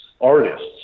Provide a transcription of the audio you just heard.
artists